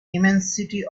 immensity